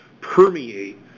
permeate